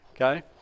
Okay